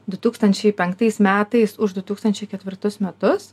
du tūkstančiai penkatis metais už du tūkstančiai ketvirtus metus